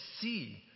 see